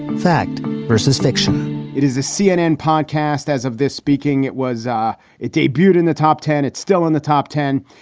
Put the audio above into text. fact versus fiction it is a cnn podcast. as of this speaking, it was ah it debuted in the top ten. it's still in the top ten.